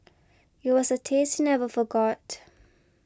it was a taste he never forgot